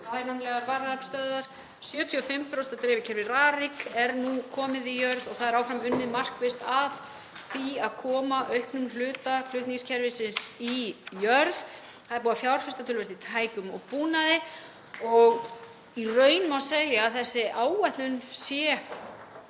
færanlegar varaaflsstöðvar, 75% af dreifikerfi Rarik er nú komið í jörð og það er áfram unnið markvisst að því að koma auknum hluta flutningskerfisins í jörð. Það er búið að fjárfesta töluvert í tækjum og búnaði og í raun má segja að tímaáætlunin